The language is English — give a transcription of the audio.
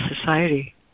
Society